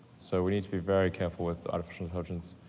so, we need to be very careful with artificial intelligence.